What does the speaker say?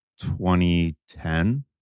2010